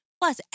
Plus